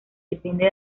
depende